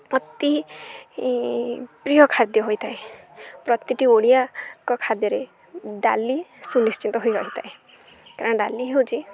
ଅତି ପ୍ରିୟ ଖାଦ୍ୟ ହୋଇଥାଏ ପ୍ରତିଟି ଓଡ଼ିଆଙ୍କ ଖାଦ୍ୟରେ ଡାଲି ସୁନିଶ୍ଚିତ ହୋଇ ରହିଥାଏ କାରଣ ଡାଲି ହେଉଛି